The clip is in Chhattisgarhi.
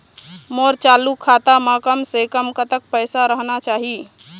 मोर चालू खाता म कम से कम कतक पैसा रहना चाही?